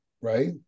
right